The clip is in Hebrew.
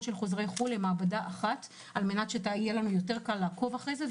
של החוזרים מחו"ל למעבדה אחת כדי שיהיה לנו קל יותר לעקוב אחרי זה.